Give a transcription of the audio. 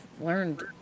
learned